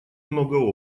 много